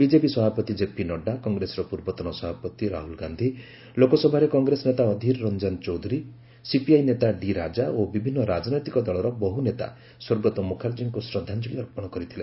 BJP ସଭାପତି ଜେପି ନଡ୍ଡା କଂଗ୍ରେସର ପୂର୍ବତନ ସଭାପତି ରାହ୍ରୁଳ ଗାନ୍ଧୀ ଲୋକସଭାରେ କଂଗ୍ରେସ ନେତା ଅଧୀର ରଞ୍ଜନ ଚୌଧୁରୀ ସିପିଆଇ ନେତା ଡି ରାଜା ଓ ବିଭିନ୍ନ ରାଜନୈତିକ ଦଳର ବହୁ ନେତା ସ୍ୱର୍ଗତ ମୁଖାର୍ଜୀଙ୍କୁ ଶ୍ରଦ୍ଧାଞ୍ଜଳି ଅର୍ପଣ କରିଥିଲେ